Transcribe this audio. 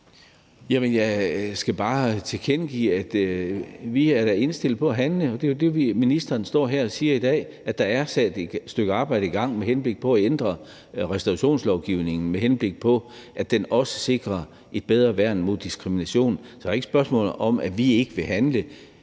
jeg skal bare tilkendegive, at vi er indstillet på at handle. Det er jo det, ministeren står her og siger i dag, altså at der er sat et stykke arbejde i gang med henblik på at ændre restaurationslovgivningen, så den også sikrer et bedre værn mod diskrimination. Så det er ikke et spørgsmål om, at vi ikke vil handle.